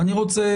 אני רוצה,